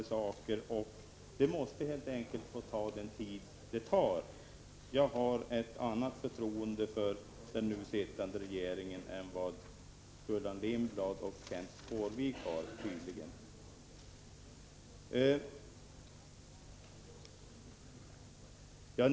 Därför måste det helt enkelt få ta den tid det tar. Jag har ett annat förtroende för den nu sittande regeringen än Gullan Lindblad och Kenth Skårvik tydligen har.